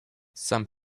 some